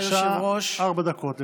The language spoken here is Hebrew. בבקשה, ארבע דקות לרשותך.